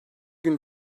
günü